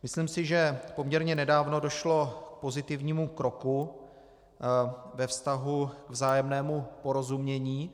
Myslím si, že poměrně nedávno došlo k pozitivnímu kroku ve vztahu k vzájemnému porozumění.